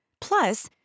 Plus